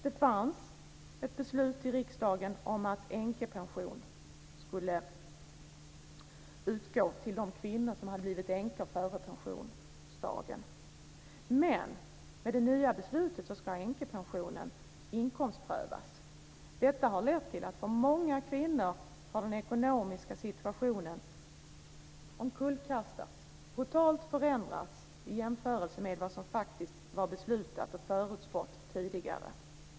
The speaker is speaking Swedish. Det fanns ett beslut i riksdagen om att änkepension skulle utgå till de kvinnor som hade blivit änkor före pensionsdagen. Men med det nya beslutet ska änkepensionen inkomstprövas. Detta har lett till att den ekonomiska situationen för många kvinnor har omkullkastats och totalt förändrats i jämförelse med vad som faktiskt var beslutat och förutspått tidigare.